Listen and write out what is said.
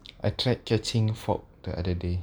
I tried catching fog the other day